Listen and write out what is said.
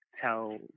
tell